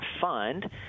fund –